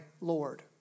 Lord